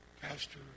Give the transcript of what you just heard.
Pastor